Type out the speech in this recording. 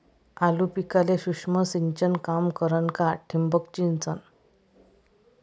आलू पिकाले सूक्ष्म सिंचन काम करन का ठिबक सिंचन?